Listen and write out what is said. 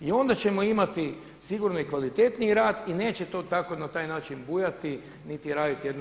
I onda ćemo imati sigurno i kvalitetniji rad i neće to tako na taj način bujati, niti raditi jednu